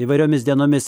įvairiomis dienomis